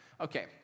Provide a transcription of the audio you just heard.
Okay